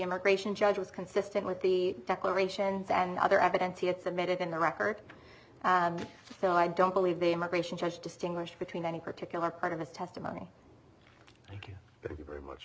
immigration judge was consistent with the declarations and other evidence he had submitted in the record so i don't believe the immigration judge distinguish between any particular part of his testimony